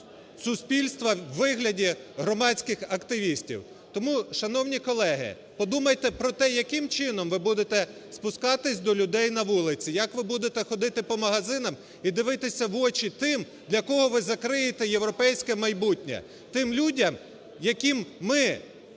суспільства у вигляді громадських активістів. Тому, шановні колеги, подумайте про те, яким чином ви будете спускатись до людей на вулиці, як ви будете ходити по магазинах і дивитися в очі тим, для кого ви закриєте європейське майбутнє. Тим людям, яким ми